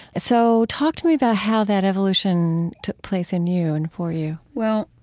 so talk to me about how that evolution took place in you and for you well,